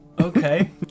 Okay